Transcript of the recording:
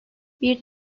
bir